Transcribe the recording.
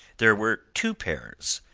there were two pairs,